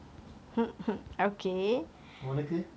உனக்கு:unakku